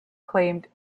claimed